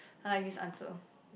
I like this answer